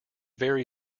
very